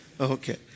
Okay